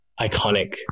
iconic